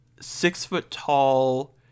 six-foot-tall